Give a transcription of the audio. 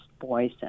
boys